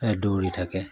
দৌৰি থাকে